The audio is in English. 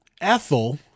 Ethel